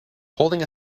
holding